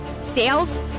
Sales